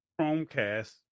Chromecast